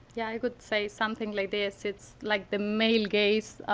yeah, i would say something like this, it's like the male gaze